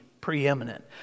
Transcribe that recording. preeminent